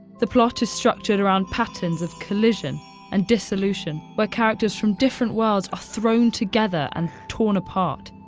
the plot is structured around patterns of collision and dissolution, where characters from different worlds are thrown together and torn apart.